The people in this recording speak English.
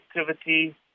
activity